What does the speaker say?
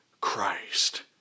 Christ